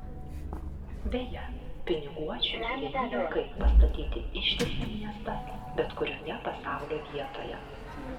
beje piniguočiui vieni juokai pastatyti ištisą miestą bet kurioje pasaulio vietoje